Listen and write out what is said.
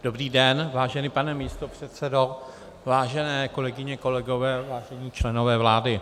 Dobrý den, vážený pane místopředsedo, vážené kolegyně, kolegové, vážení členové vlády.